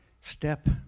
Step